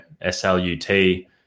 S-L-U-T